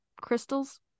crystals